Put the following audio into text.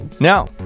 Now